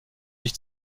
sich